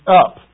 up